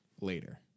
later